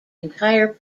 entire